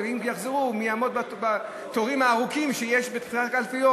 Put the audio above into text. ואם הם יחזרו, מי יעמוד בתורים הארוכים בקלפיות?